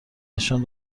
نشان